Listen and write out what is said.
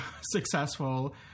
successful